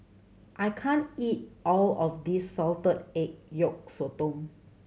I can't eat all of this salted egg yolk sotong